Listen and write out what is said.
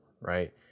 right